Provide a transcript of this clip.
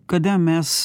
kada mes